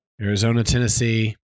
Arizona-Tennessee